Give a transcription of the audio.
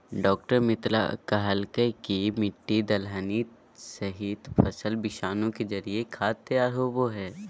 डॉ मित्रा कहलकय कि मिट्टी, दलहनी सहित, फसल विषाणु के जरिए खाद तैयार होबो हइ